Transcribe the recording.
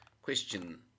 Question